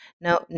now